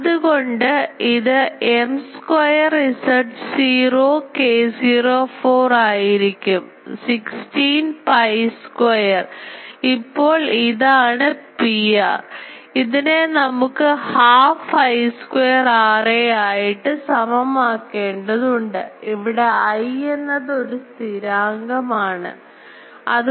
അതുകൊണ്ട് ഇത് M square Z0 k0 4 ആയിരിക്കും 16 pi square ഇപ്പോൾ ഇതാണ് Pr ഇതിനെ നമുക്ക് half I square Ra ആയിട്ട് സമം ആകേണ്ടതുണ്ട് ഇവിടെ I എന്നത് ഒരു സ്ഥിരാംഗം ആണ് ആണ്